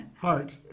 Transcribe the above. Heart